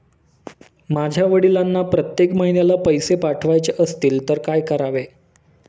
माझ्या वडिलांना प्रत्येक महिन्याला पैसे पाठवायचे असतील तर काय करावे?